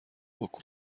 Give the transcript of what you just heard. بکن